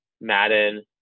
Madden